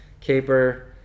Caper